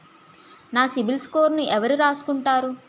నా సిబిల్ స్కోరును ఎవరు రాసుకుంటారు